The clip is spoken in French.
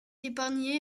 épargné